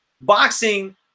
boxing